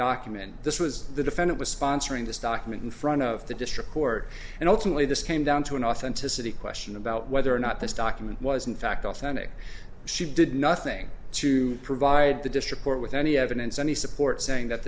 document this was the defendant was sponsoring this document in front of the district court and ultimately this came down to an authenticity question about whether or not this document was in fact authentic she did nothing to provide the district court with any evidence any support saying that